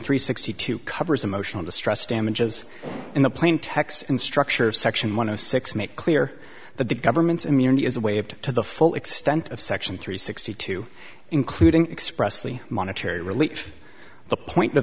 three sixty two covers emotional distress damages in the plain text and structure of section one of six make clear that the government's immunity is a waived to the full extent of section three sixty two including expressly monetary relief the point